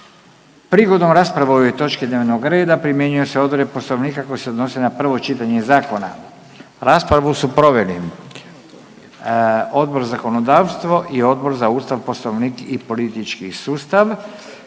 Prigodom rasprave o ovoj točci dnevnog reda primjenjuju se odredbe poslovnika koje se odnose na prvo čitanje zakona. Raspravu su proveli Odbor za zakonodavstvo i Odbor za obitelj, mlade i sport.